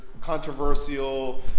controversial